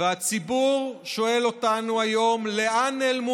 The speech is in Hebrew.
והציבור שואל אותנו היום: לאן נעלמו